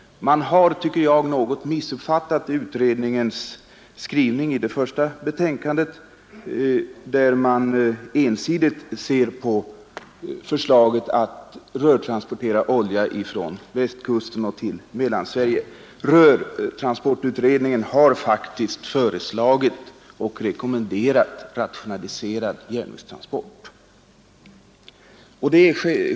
Man har, tycker jag, något missuppfattat utredningens skrivning i det första betänkandet, om man ensidigt ser på förslaget att rörtransportera olja från Västkusten till Mellansverige. Rörtransportutredningen har i första hand rekommenderat rationaliserad järnvägstransport.